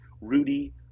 Rudy